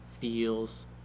feels